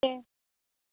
दे